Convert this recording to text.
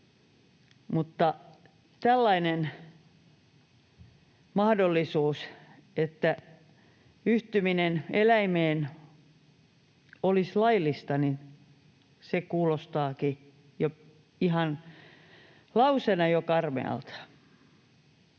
mutta tällainen mahdollisuus, että yhtyminen eläimeen olisi laillista, kuulostaa jo ihan lauseenakin karmealta.